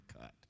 cut